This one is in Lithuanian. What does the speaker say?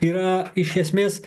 yra iš esmės